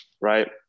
right